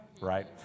right